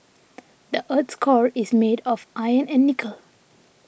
the earth's core is made of iron and nickel